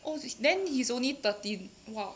oh then he is only thirty !wah!